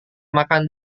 makan